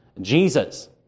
Jesus